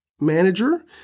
manager